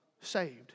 saved